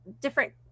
different